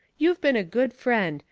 you've been a good friend,